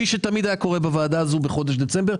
שתמיד היה קורה בוועדה הזו בחודש דצמבר.